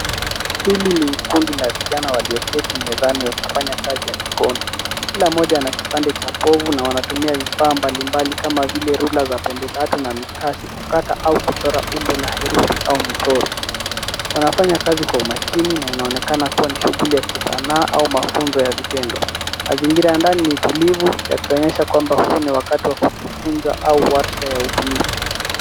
Hili ni kundi la vijana walioketi mezani wakifanya kazi ya mikono. Kila mmoja anakipande cha povu na wanatumia vifaa mbalimbali kama vile rula za pembe tatu na mikasi kukata au kuchora umbo la herufi au michoro. Wanafanya kazi kwa umakini na inaonekana kuwa ni shughuli ya kisanaa au mafunzo ya vitendo. Mazingira ya ndani ni tulivu ya kuonyesha kwamba huu ni wakati wa kujifunza au warsha ya ubunifu.